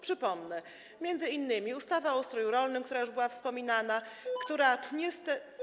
Przypomnę m.in. ustawę o ustroju rolnym, która już była wspominana i która niestety.